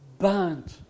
burnt